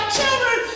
children